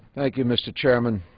thank you, mr. chairman.